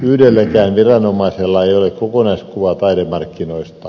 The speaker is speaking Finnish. yhdelläkään viranomaisella ei ole kokonaiskuvaa taidemarkkinoista